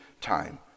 time